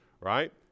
right